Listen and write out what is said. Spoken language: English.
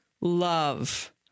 love